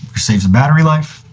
save some battery life,